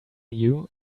you